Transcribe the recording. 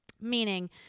meaning